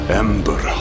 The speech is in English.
ember